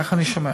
כך אני שומע.